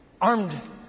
armed